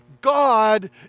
God